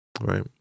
right